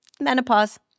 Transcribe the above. menopause